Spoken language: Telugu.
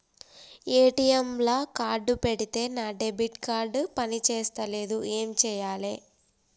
ఏ.టి.ఎమ్ లా కార్డ్ పెడితే నా డెబిట్ కార్డ్ పని చేస్తలేదు ఏం చేయాలే?